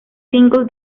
single